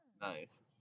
Nice